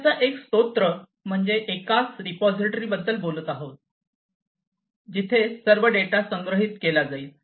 सत्याचा एकल स्त्रोत म्हणजे आपण एकाच रिपॉझिटरी बद्दल बोलत आहोत जिथे सर्व डेटा संग्रहित केला जाईल